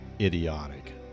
idiotic